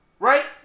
Right